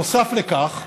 נוסף לכך,